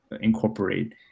incorporate